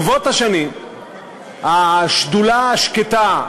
ברבות השנים השדולה השקטה,